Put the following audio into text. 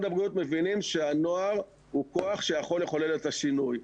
הבריאות מבינים שהנוער הוא כוח שיכול לחולל את השינוי.